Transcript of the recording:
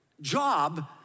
job